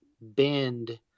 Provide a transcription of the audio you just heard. bend